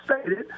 stated